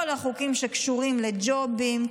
כל החוקים שקשורים לג'ובים,